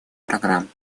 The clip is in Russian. программ